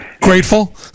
grateful